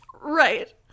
Right